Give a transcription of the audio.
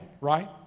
right